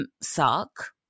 suck